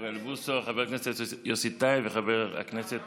אוריאל בוסו, חבר הכנסת יוסי טייב וחבר הכנסת